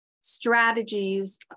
strategies